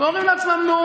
ואומרים לעצמם: נו,